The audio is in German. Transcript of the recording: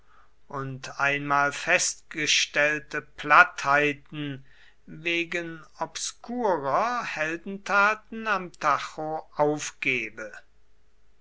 und einmal festgestellte plattheiten wegen obskurer heldentaten am tajo aufgebe